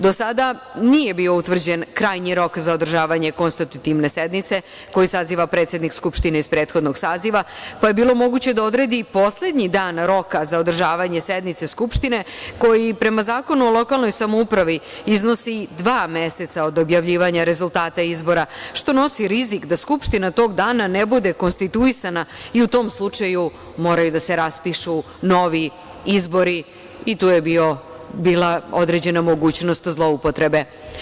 Do sada nije bio utvrđen krajnji rok za održavanje konstitutivne sednice koju saziva predsednik skupštine iz prethodnog saziva pa je bilo moguće da odredi i poslednji dan roka za održavanje sednice skupštine koji prema Zakonu o lokalnoj samoupravi iznosi dva meseca od objavljivanja rezultata izbora, što nosi rizik da skupština tog dana ne bude konstituisanja i u tom slučaju moraju da se raspišu novi izbori i tu je bila određena mogućnost zloupotrebe.